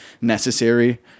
necessary